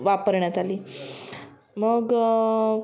वापरण्यात आली मग